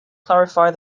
clarify